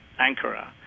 Ankara